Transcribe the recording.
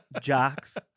jocks